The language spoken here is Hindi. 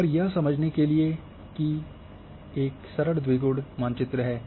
और यह समझने के लिए एक सरल द्विगुण मानचित्र है